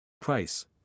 Price